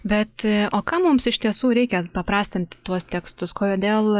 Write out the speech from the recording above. bet o kam mums iš tiesų reikia paprastinti tuos tekstus kodėl